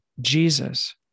Jesus